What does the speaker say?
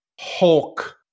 Hulk